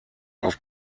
auf